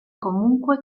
comunque